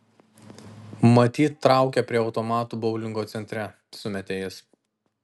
matyt traukia prie automatų boulingo centre sumetė jis